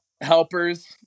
helpers